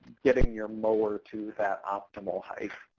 getting your mower to that optimal height.